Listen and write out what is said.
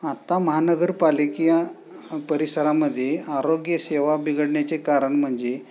आत्ता महानगरपालिकीया परिसरामध्ये आरोग्यसेवा बिघडण्याचे कारण म्हणजे